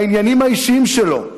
לעניינים האישיים שלו.